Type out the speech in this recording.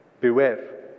Beware